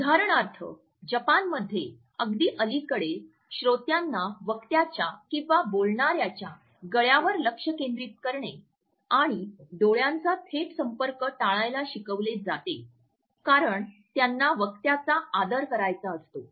उदाहरणार्थ जपानमध्ये अगदी अलीकडे श्रोतांना वक्त्याच्या किंवा बोलणाऱ्याच्या गळ्यावर लक्ष केंद्रित करणे आणि डोळ्यांचा थेट संपर्क टाळायला शिकवले जाते कारण त्यांना वक्त्याचा आदर करायचा असतो